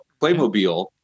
Playmobil